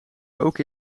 rook